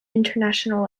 international